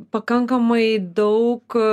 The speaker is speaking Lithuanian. pakankamai daug